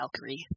Valkyrie